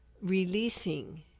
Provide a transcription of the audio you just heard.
releasing